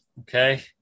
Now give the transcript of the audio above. okay